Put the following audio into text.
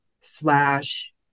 slash